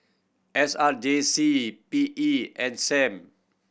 S R J C P E and Sam